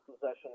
possession